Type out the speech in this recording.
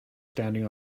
standing